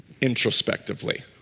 introspectively